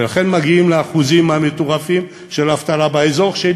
ולכן מגיעים לאחוזים המטורפים של אבטלה באזור שלי.